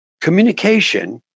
communication